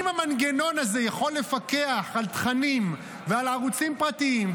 אם המנגנון הזה יכול לפקח על תכנים ועל ערוצים פרטיים,